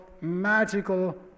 magical